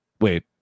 wait